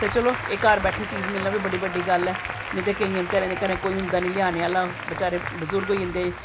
ते चलो एह् घर बैठे दे चीज़ मिलना बी बड़ी बड्डी गल्ल ऐ ते नेईं ते लोकें दे घरें कोई होंदा निं बेचारा लैआने आह्ला बेचारे बजुर्ग गै जंदे